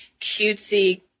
cutesy